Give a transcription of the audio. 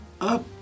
Up